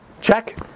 check